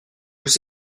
vous